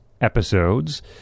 Episodes